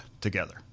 together